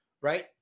right